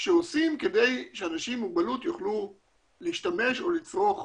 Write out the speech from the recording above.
שעושים כדי שאנשים עם מוגבלות יוכלו להשתמש או לצרוך